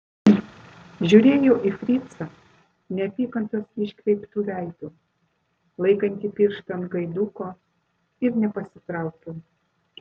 žiūrėjau į fricą neapykantos iškreiptu veidu laikantį pirštą ant gaiduko ir nepasitraukiau